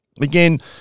Again